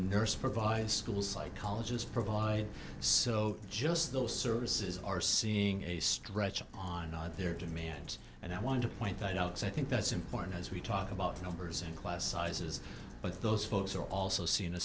nurse provides school psychologist provide so just those services are seeing a stretch on their demand and i want to point that out so i think that's important as we talk about numbers and class sizes but those folks are also seeing a